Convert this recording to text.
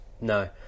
No